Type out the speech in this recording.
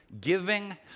giving